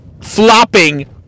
flopping